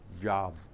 job